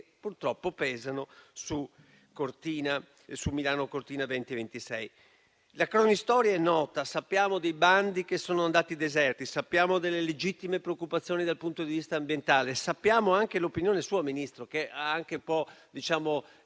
purtroppo, pesano su Milano-Cortina 2026. La cronistoria è nota. Sappiamo dei bandi che sono andati deserti; sappiamo delle legittime preoccupazioni dal punto di vista ambientale; conosciamo anche la sua opinione, signor Ministro, che ha anche un po' cambiato